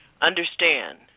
understand